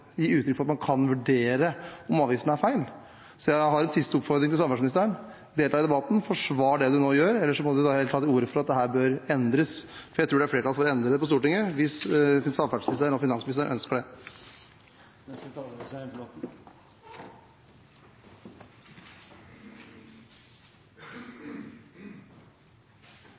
gi uttrykk for at man kan vurdere om avgiften er feil. Jeg har en siste oppfordring til samferdselsministeren: Delta i debatten og forsvar det man nå gjør, ellers må man heller ta til orde for at dette bør endres. Jeg tror det er flertall for å endre det på Stortinget hvis samferdselsministeren og finansministeren ønsker det.